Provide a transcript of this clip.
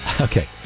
Okay